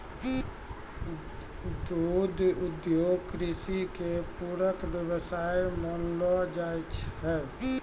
दुग्ध उद्योग कृषि के पूरक व्यवसाय मानलो जाय छै